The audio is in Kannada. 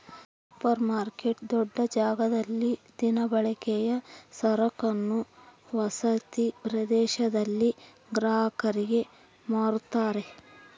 ಸೂಪರ್ರ್ ಮಾರ್ಕೆಟ್ ದೊಡ್ಡ ಜಾಗದಲ್ಲಿ ದಿನಬಳಕೆಯ ಸರಕನ್ನು ವಸತಿ ಪ್ರದೇಶದಲ್ಲಿ ಗ್ರಾಹಕರಿಗೆ ಮಾರುತ್ತಾರೆ